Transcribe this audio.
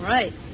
right